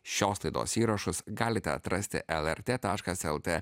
šios laidos įrašus galite atrasti lrt taškas lt